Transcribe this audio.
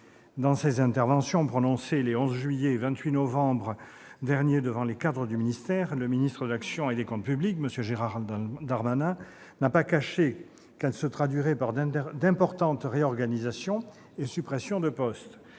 Dans ses interventions prononcées les 11 juillet et 28 novembre derniers devant les cadres du ministère, le ministre de l'action et des comptes publics, M. Gérald Darmanin, n'a pas caché que ces transformations se traduiraient par d'importantes réorganisations et suppressions de postes.